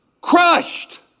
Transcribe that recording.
crushed